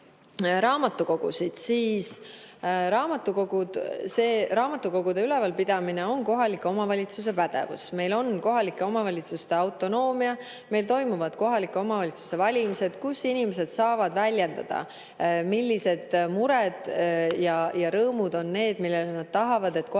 raamatukogusid, siis raamatukogude ülalpidamine on kohaliku omavalitsuse pädevus. Meil on kohalike omavalitsuste autonoomia, meil toimuvad kohalike omavalitsuste valimised, kus inimesed saavad väljendada, millised mured ja rõõmud on need, millele nende arvates kohalik